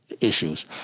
issues